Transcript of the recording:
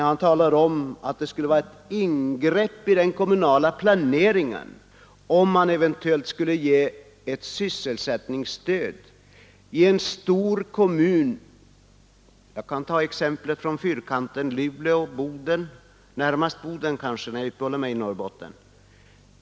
Han talar om att det skulle vara ett ingrepp i den kommunala planeringen om man eventuellt skulle ge ett sysselsättningsstöd för en kommun belägen utanför inre stödområdet. Jag kan ta exempel från Fyrkanten: Luleå och Boden, kanske närmast Boden.